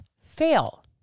fail